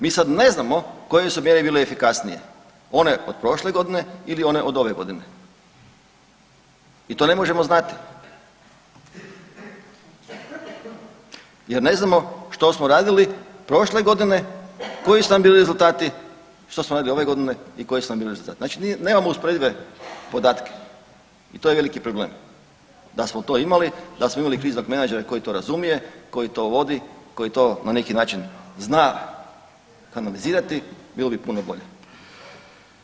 Mi sad ne znamo koje su mjere bile efikasnije, one od prošle godine ili one od ove godine i to ne možemo znati jer ne znamo što smo radili prošle godine, koji su nam bili rezultati i što smo radili ove godine i koji su nam bili rezultati, znači nemamo usporedive podatke i to je veliki problem, da smo to imali, da smo imali kriznog menadžera koji to razumije, koji to vodi i koji to na neki način zna analizirati bilo bi puno bolje.